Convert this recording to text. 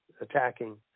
attacking